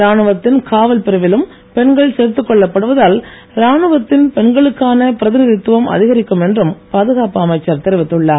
ராணுவத்தின் காவல் சேர்த்து பெண்கள் சேர்த்துக் கொள்ளப்படுவதால் ராணுவத்தின் பிரிவிலும் பெண்களுக்கான பிரதிநிதித்துவம் அதிகரிக்கும் என்றும் பாதுகாப்பு அமைச்சர் தெரிவித்துள்ளார்